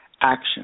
action